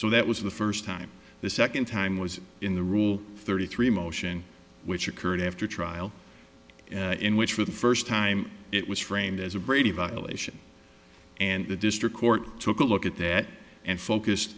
so that was the first time the second time was in the rule thirty three motion which occurred after trial in which for the first time it was framed as a brady violation and the district court took a look at that and focused